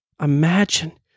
imagine